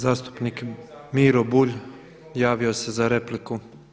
Zastupnik Miro Bulj javio se za repliku.